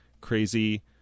crazy